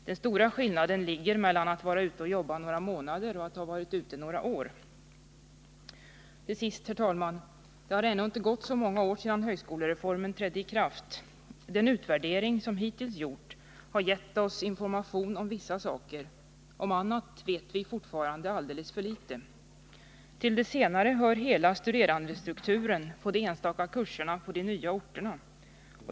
Den stora skillnaden är den mellan att ha varit ute och jobbat några månader och att ha varit ute några år. Till sist, herr talman. Det har ännu inte gått så många år sedan högskolereformen trädde i kraft. Den utvärdering som hittills gjorts har gett oss information om vissa saker, om annat vet vi fortfarande alldeles för litet. Till det senare hör hela studerandestrukturen på de enstaka kurserna på de nya orterna.